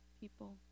people